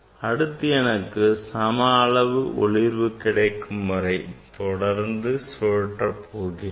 அடுத்து எனக்கு சம அளவு ஒளிர்வு கிடைக்கும் வரை நான் தொடர்ந்து சுழற்ற போகிறேன்